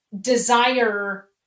desire